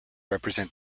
represent